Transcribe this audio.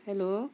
hello